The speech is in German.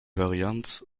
varianz